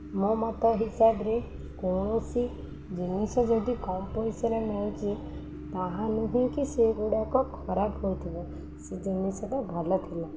ମୋ ମତ ହିସାବରେ କୌଣସି ଜିନିଷ ଯଦି କମ୍ ପଇସାରେ ମିଳୁଛି ତାହା ନୁହେଁକି ସେଗୁଡ଼ାକ ଖରାପ ହୋଇଥିବ ସେ ଜିନିଷଟା ଭଲ ଥିଲା